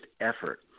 effort